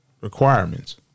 requirements